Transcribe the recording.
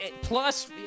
Plus